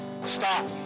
stop